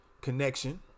connection